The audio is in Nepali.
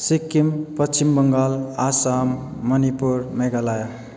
सिक्किम पश्चिम बङ्गाल असम मणिपुर मेघालय